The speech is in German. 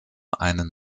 einen